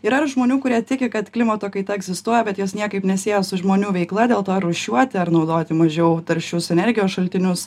yra žmonių kurie tiki kad klimato kaita egzistuoja bet jos niekaip nesieja su žmonių veikla dėl to rūšiuoti ar naudoti mažiau taršius energijos šaltinius